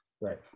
right